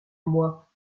moi